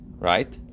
right